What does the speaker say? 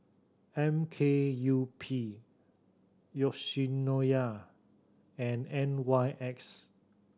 M K U P Yoshinoya and N Y X